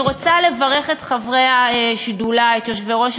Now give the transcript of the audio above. אני רוצה לברך את חברי השדולה ואת יושבי-ראש